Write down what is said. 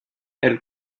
elle